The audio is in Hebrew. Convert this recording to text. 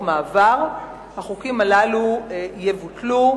החוקים הללו יבוטלו,